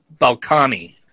Balkani